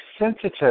sensitive